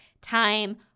time